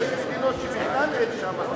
ב-OECD יש מדינות שבכלל אין שם,